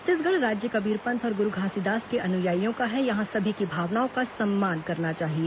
छत्तीसगढ़ राज्य कबीरपंथ और गुरू घासीदास के अनुयाइयों का है यहां सभी की भावनाओं का सम्मान करना चाहिए